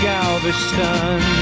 Galveston